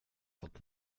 fått